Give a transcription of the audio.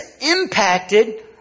impacted